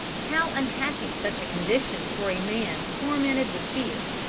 how unhappy such a condition for a man tormented with fear,